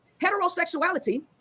heterosexuality